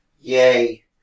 Yay